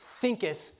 thinketh